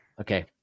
Okay